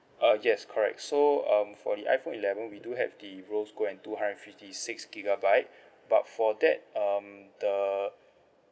uh yes correct so um for the iPhone eleven we do have the rose gold and two hundred and fifty six gigabyte but for that um the